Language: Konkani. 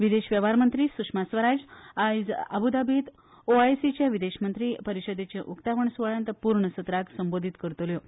विदेश वेव्हार मंत्री सुषमा स्वराज आयज आबू दाबीत ओ आय सीचे विदेश मंत्री परीषदेचे उक्तावण सूवाळयात पूर्ण सत्राक संबोधित करतल्यो